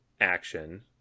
action